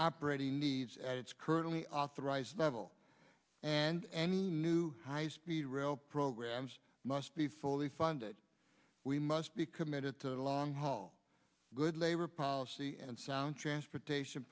operating needs at its currently authorized level and and new high speed rail programs must be fully funded we must be committed to the long haul good labor policy and sound transportation